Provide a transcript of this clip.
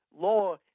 law